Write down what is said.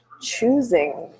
choosing